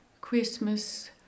Christmas